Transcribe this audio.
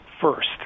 first